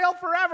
forever